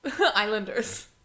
islanders